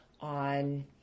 on